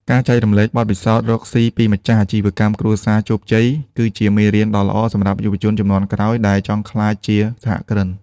ការចែករំលែកបទពិសោធន៍រកស៊ីពីម្ចាស់អាជីវកម្មគ្រួសារជោគជ័យ គឺជាមេរៀនដ៏ល្អសម្រាប់យុវជនជំនាន់ក្រោយដែលចង់ក្លាយជាសហគ្រិន។